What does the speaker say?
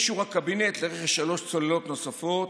אישור הקבינט לרכש שלוש צוללות נוספות,